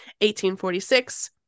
1846